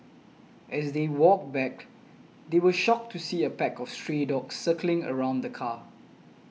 as they walked back they were shocked to see a pack of stray dogs circling around the car